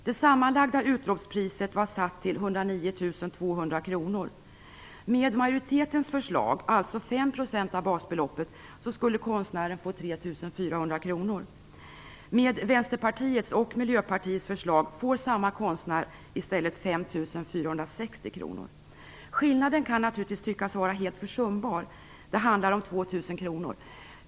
Det sammanlagda utropspriset var satt till 109 200 kr. Med majoritetens förslag, alltså 5 % av basbeloppet, skulle konstnären få 3 400 kr. Med Vänsterpartiets och Miljöpartiets förslag får samma konstnär i stället 5 460 kr. Skillnaden kan naturligtvis tyckas vara helt försumbar. Det handlar om 2 000 kr.